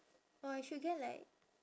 or I should get like